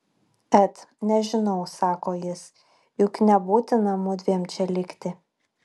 et nežinau sako jis juk nebūtina mudviem čia likti